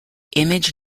image